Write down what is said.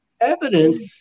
evidence